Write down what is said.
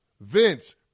Vince